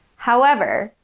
however,